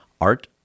Art